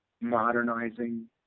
modernizing